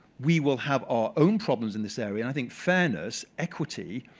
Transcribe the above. we will have our own problems in this area. and i think fairness, equity,